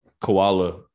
Koala